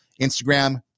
Instagram